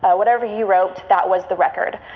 ah whatever he wrote, that was the record.